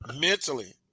mentally